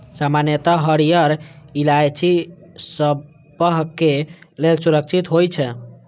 सामान्यतः हरियर इलायची सबहक लेल सुरक्षित होइ छै